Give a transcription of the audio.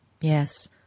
Yes